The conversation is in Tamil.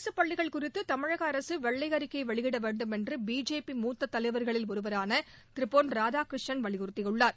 அரசு பள்ளிகள் குறித்து தமிழக அரசு வெள்ளை அறிக்கை வெளியிட வேண்டும் என்று பிஜேபி மூத்த தலைவர்களில் ஒருவரான திரு பொன் ராதாகிருஷ்ணன் வலியுறுத்தியுள்ளார்